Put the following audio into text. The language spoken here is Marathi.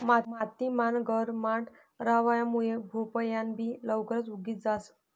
माती मान गरमाट रहावा मुये भोपयान बि लवकरे उगी जास